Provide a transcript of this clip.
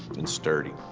and sturdy.